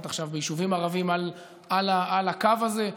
עכשיו ביישובים ערביים על הקו הזה.